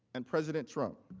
and president trump,